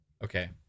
Okay